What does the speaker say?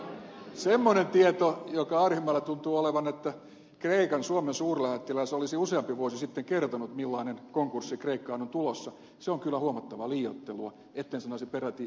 mutta semmoinen tieto joka arhinmäellä tuntuu olevan että suomen kreikan suurlähettiläs olisi usea vuosi sitten kertonut millainen konkurssi kreikkaan on tulossa on kyllä huomattavaa liioittelua etten sanoisi peräti aika lailla väärä todistus